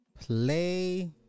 play